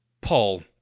Paul